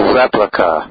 replica